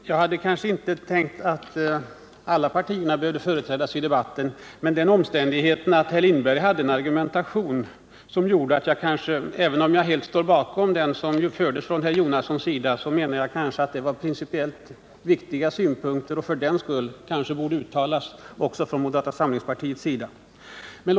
Herr talman! Jag hade inte trott att alla partier behövde företrädas i denna debatt. Men herr Lindberg förde en märklig argumentation. Även om jag helt står bakom vad Bertil Jonasson sade, var det principiellt viktiga synpunkter som kanske borde uttalas också av en representant för moderata samlingspartiet.